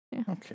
Okay